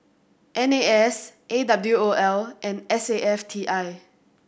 N A S A W O L and S A F T I